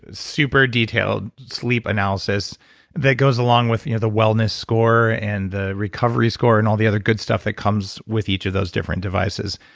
ah super detailed sleep analysis that goes along with you know the wellness score and the recovery score, and all the other good stuff that comes with each of those different devices.